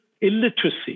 illiteracy